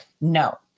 no